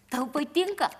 tau patinka